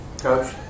Coach